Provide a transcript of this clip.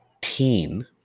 Teen